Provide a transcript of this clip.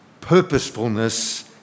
purposefulness